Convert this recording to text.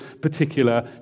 particular